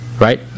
Right